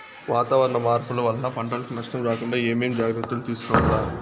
వాతావరణ మార్పులు వలన పంటలకు నష్టం రాకుండా ఏమేం జాగ్రత్తలు తీసుకోవల్ల?